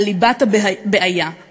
בליבת הבעיה,